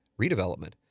redevelopment